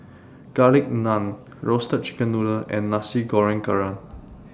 Garlic Naan Roasted Chicken Noodle and Nasi Goreng Kerang